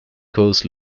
coast